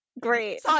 great